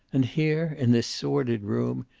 and here in this sordid room,